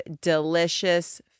delicious